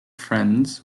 friends